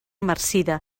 marcida